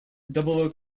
double